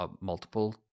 multiple